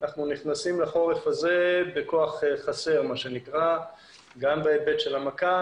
אנחנו נכנסים לחורף הזה בכוח חסר גם בהיבט של המכ"ם